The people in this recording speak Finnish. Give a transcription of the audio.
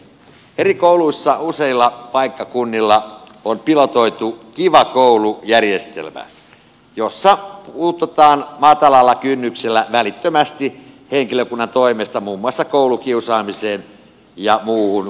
eri kouluissa useilla paikkakunnilla on pilotoitu kiva koulu järjestelmä jossa puututaan matalalla kynnyksellä välittömästi henkilökunnan toimesta muun muassa koulukiusaamiseen ja muuhun kouluhäiriköintiin